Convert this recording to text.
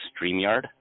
StreamYard